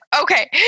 Okay